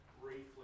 briefly